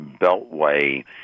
Beltway